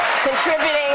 Contributing